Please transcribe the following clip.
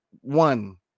one